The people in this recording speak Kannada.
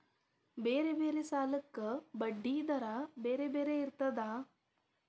ಬೇರೆ ಬೇರೆ ಸಾಲಕ್ಕ ಬಡ್ಡಿ ದರಾ ಬೇರೆ ಬೇರೆ ಇರ್ತದಾ?